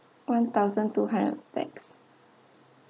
one thousand two hundred pax